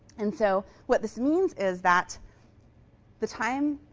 and so what this means is that the time,